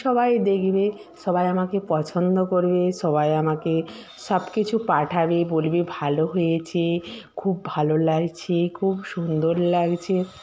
সবাই দেখবে সবাই আমাকে পছন্দ করবে সবাই আমাকে সব কিছু পাঠাবে বলবে ভালো হয়েছে খুব ভালো লাগছে খুব সুন্দর লাগছে